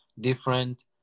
different